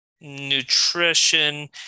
nutrition